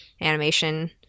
animation